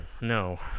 No